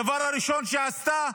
הדבר הראשון שהיא עשתה,